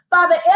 Father